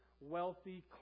wealthy